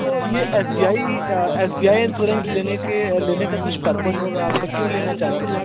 तो ये S B I S B I insurance लेने के लेने का कुछ परपज़ होगा आपका क्यों लेना चाहते हैं